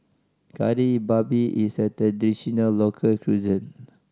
Kari Babi is a traditional local cuisine